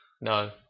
No